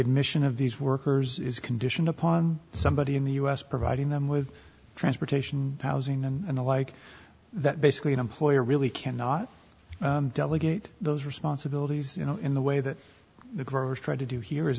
admission of these workers is conditional upon somebody in the us providing them with transportation housing and the like that basically an employer really cannot delegate those responsibilities you know in the way that the growers try to do here is